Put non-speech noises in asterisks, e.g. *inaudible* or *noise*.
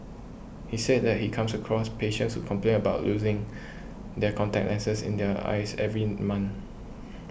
he said that he comes across patients who complain about losing *noise* their contact lenses in their eyes every month *noise*